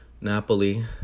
napoli